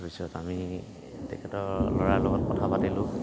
তাৰপিছত আমি তেখেতৰ ল'ৰাৰ লগত কথা পাতিলোঁ